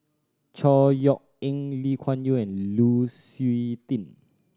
Chor Yeok Eng Lee Kuan Yew and Lu Suitin